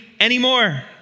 anymore